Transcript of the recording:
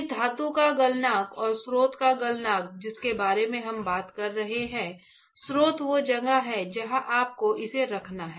इस धातु का गलनांक और स्रोत का गलनांक जिसके बारे में हम बात कर रहे हैं स्रोत वह जगह है जहां आपको इसे रखना है